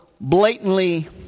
blatantly